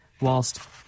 whilst